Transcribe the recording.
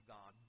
God